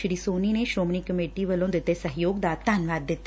ਸ੍ਰੀ ਸੋਨੀ ਨੇਂ ਸ੍ਰੋਮਣੀ ਕਮੇਟੀ ਵੱਲੋਂ ਦਿੱਤੇ ਸਹਿਯੋਗ ਦਾ ਧੰਨਵਾਦ ਕੀਤਾ